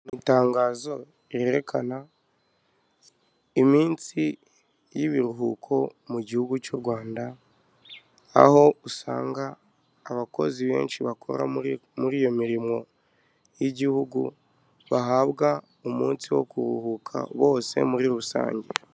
Itangazo ryerekana iminsi y'ibiruhuko mu gihugu cy'u Rwanda, aho usanga abakozi benshi bakora muri iyo mirimo y'igihugu bahabwa umunsi wo kuruhuka bose muri rusange.